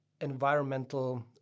environmental